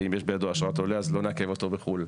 ואם יש בידו אשרת עולה אז לא נעכב אותו בחו"ל.